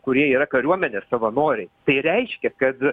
kurie yra kariuomenės savanoriai tai reiškia kad